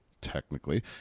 technically